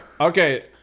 okay